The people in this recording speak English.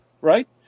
Right